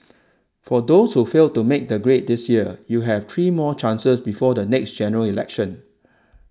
for those who failed to make the grade this year you have three more chances before the next General Election